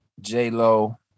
J-Lo